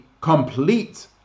complete